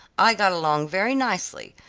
i got along very nicely,